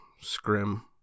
scrim